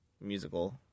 musical